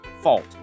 fault